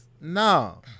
No